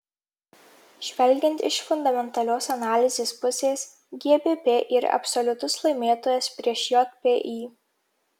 žvelgiant iš fundamentalios analizės pusės gbp yra absoliutus laimėtojas prieš jpy